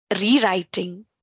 rewriting